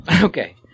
Okay